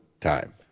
time